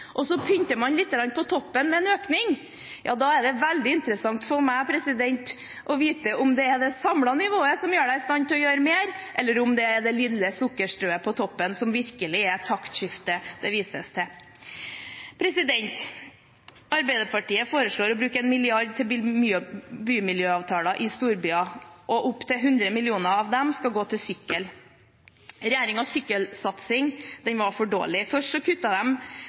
og så pynter man litt på toppen med en økning. Da er det veldig interessant for meg å få vite om det er det samlede nivået som gjør en i stand til å gjøre mer, eller om det er det lille sukkerstrøet på toppen som virkelig er det taktskiftet det vises til. Arbeiderpartiet foreslår å bruke 1 mrd. kr til bymiljøavtaler i storbyer, og opptil 100 mill. kr av dem skal gå til sykkel. Regjeringens sykkelsatsing var for dårlig. Først